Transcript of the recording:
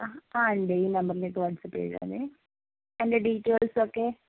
ആ ആ ഉണ്ട് ഈ നമ്പറിലേക്ക് വാട്ട്സപ്പ് ചെയ്താൽ അതിൻ്റെ ഡീറ്റെയിൽസ് ഒക്കെ